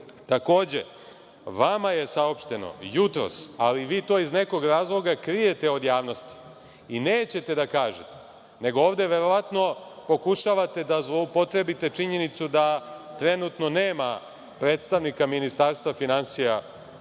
jača. Takođe, vama je saopšteno jutros, ali vi to iz nekog razloga krijete od javnosti i nećete da kažete nego ovde verovatno pokušavate da zloupotrebite činjenicu da trenutno nema predstavnika Ministarstva finansija u